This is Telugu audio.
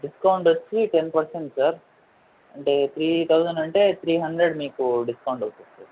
డిస్కౌంట్ వచ్చి టెన్ పర్సెంట్ సార్ అంటే త్రీ థౌజండ్ అంటే త్రీ హండ్రెడ్ మీకు డిస్కౌంట్ వస్తుంది